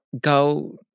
go